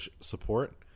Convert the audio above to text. support